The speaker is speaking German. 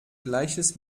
gleiches